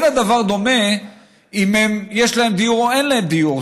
אין הדבר דומה אם יש להם דיור או אין להם דיור.